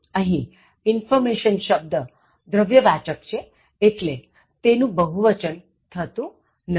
અહીં "information શબ્દ દ્રવ્યવાચક છેએટલે તેનું બહુવચંન હોતું નથી